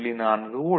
4 volt